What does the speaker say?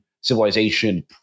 civilization